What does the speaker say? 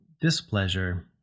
displeasure